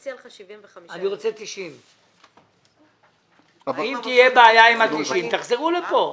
אני רוצה 90. אם תהיה בעיה עם ה-90 תחזרו לפה.